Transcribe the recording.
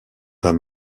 pas